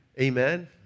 amen